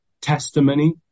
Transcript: testimony